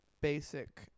basic